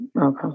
okay